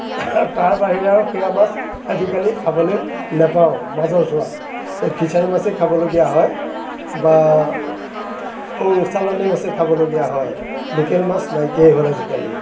তাৰ বাহিৰে আৰু সেয়া মাছ আজিকালি খাবলৈ নাপাওঁ মাজৰ চোৱাত এই ফিছাৰীৰ মাছে খাবলগীয়া হয় বা চালানী মাছেই খাবলগীয়া হয় লোকেল মাছ নাইকিয়াই হ'ল আজিকালি